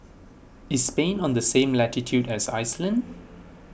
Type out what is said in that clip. is Spain on the same latitude as Iceland